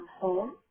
home